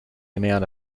amount